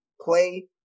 Play